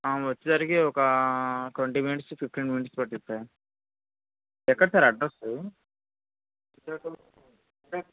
ఆ వచ్చేసరికి ఒక ట్వెంటీ మినిట్సు ఫిఫ్టీన్ మినిట్సు పట్టుద్ది సార్ ఎక్కడ సార్ అడ్రెస్సు